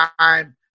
time